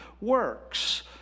works